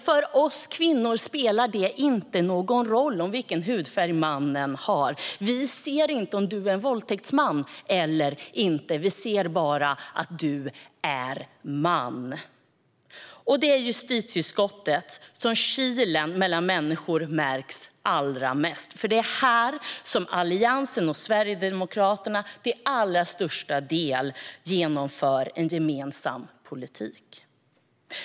För oss kvinnor spelar det ingen roll vilken hudfärg mannen har. Vi ser inte om du är en våldtäktsman eller inte. Vi ser bara att du är man. Det är i justitieutskottet som kilen mellan människor märks allra mest. Det är där som Alliansen och Sverigedemokraterna till allra största del genomdriver en gemensam politik.